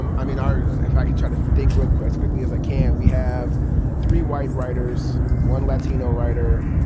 um i mean, our yeah if i can try to think real as quickly as i can, we have three white writers, one latino writer,